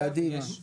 קדימה.